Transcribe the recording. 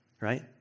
right